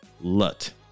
LUT